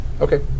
Okay